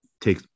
take